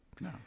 No